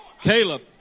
Caleb